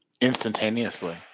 Instantaneously